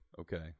okay